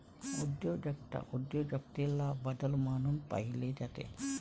उद्योजकता उद्योजकतेला बदल म्हणून पाहिले जाते